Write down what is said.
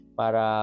para